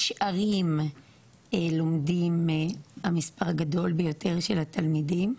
ערים לומדים המספר הגדול ביותר של התלמידים.